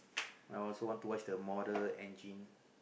I also want to watch the-Mortal-Engines